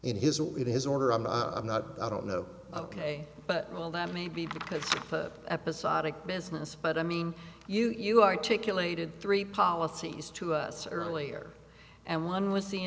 in his order i'm i'm not i don't know ok but well that may be because episodic business but i mean you you articulated three policies to us earlier and one was